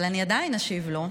אבל אני עדיין אשיב לו.